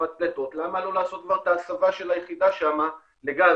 למה לא לעשות כבר את ההסבה של היחידה שם לגז?